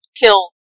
kill